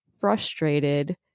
frustrated